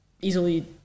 easily